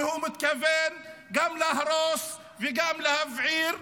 כי הוא מתכוון גם להרוס וגם להבעיר.